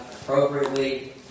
appropriately